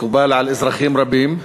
מקובל על אזרחים רבים.